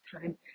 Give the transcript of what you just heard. time